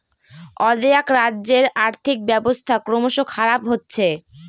অ্দেআক রাজ্যের আর্থিক ব্যবস্থা ক্রমস খারাপ হচ্ছে